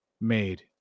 made